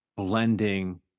Blending